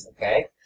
Okay